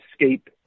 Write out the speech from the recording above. escape